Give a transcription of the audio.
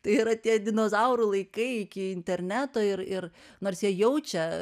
tai yra tie dinozaurų laikai iki interneto ir ir nors jie jaučia